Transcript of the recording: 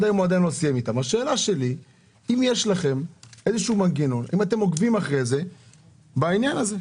האם אתם עוקבים בעניין הזה?